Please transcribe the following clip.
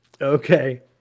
Okay